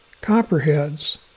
copperheads